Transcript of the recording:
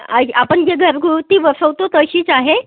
IG आपण जे घरगुती बसवतो तशीच आहे